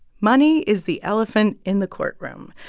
money is the elephant in the courtroom.